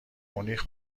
مونیخ